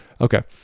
Okay